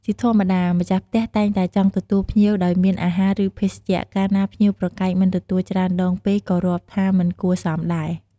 ជាធម្មតា ម្ចាស់ផ្ទះតែងតែចង់ទទួលភ្ញៀវដោយមានអាហារ ឬ ភេសជ្ជៈ កាលណាភ្ញៀវប្រកែកមិនទទួលច្រើនដងពេកក៏រាប់ថាមិនគួរសមដែរ។